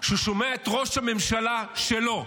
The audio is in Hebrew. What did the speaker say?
כשהוא שומע את ראש הממשלה שלו,